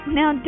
Now